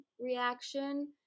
reaction